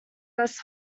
less